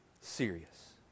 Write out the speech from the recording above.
serious